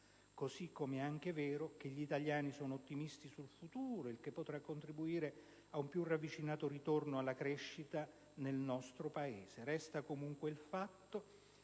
così come è anche vero che gli italiani sono ottimisti sul futuro, il che potrà contribuire a un più ravvicinato ritorno alla crescita nel nostro Paese. Resta comunque il fatto